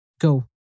Go